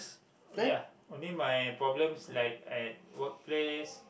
oh ya only my problems like I work place